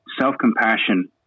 self-compassion